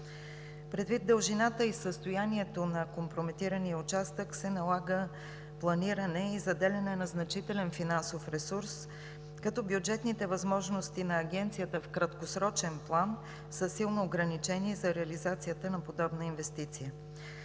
Предвид дължината и състоянието на компрометирания участък се налага планиране и заделяне на значителен финансов ресурс, като бюджетните възможности на Агенцията в краткосрочен план са силно ограничени за реализацията на подобна инвестиция.